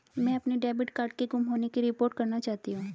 मैं अपने debit card के गुम होने की रिपोर्ट करना चाहती हूँ